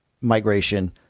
migration